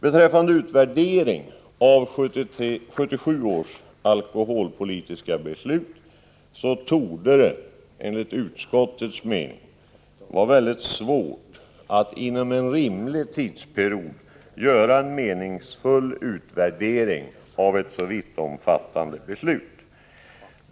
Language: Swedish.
Beträffande utvärdering av 1977 års alkoholpolitiska beslut framhåller utskottet att det enligt utskottets mening torde vara utomordentligt svårt att inom en rimlig tidsperiod göra en meningsfull utvärdering av ett så vittomfattande beslut.